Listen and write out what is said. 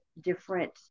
different